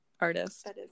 artist